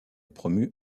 promu